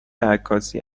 عکاسی